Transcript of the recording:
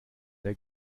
der